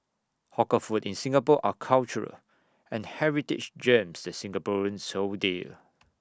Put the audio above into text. hawker food in Singapore are cultural and heritage gems that Singaporeans sold dear